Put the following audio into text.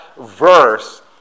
verse